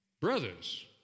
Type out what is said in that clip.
brothers